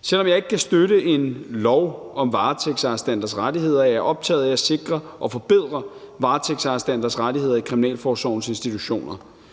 Selv om jeg ikke kan støtte en lov om varetægtsarrestanters rettigheder, er jeg optaget af at sikre og forbedre varetægtsarrestanters rettigheder i kriminalforsorgens institutioner.